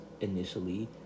initially